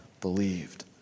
believed